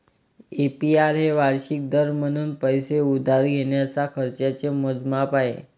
APR हे वार्षिक दर म्हणून पैसे उधार घेण्याच्या खर्चाचे मोजमाप आहे